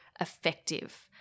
effective